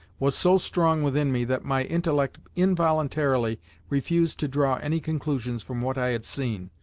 was so strong within me that my intellect involuntarily refused to draw any conclusions from what i had seen.